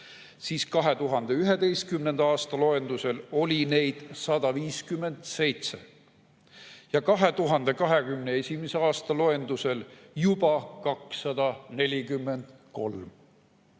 siis 2011. aasta loendusel oli neid 157 ja 2021. aasta loendusel juba 243.